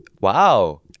Wow